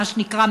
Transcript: מה שנקרא,